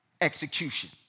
execution